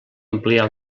ampliar